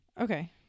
Okay